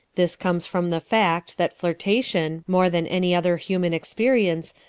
this comes from the fact that flirtation, more than any other human experience,